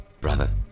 brother